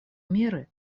меры